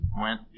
went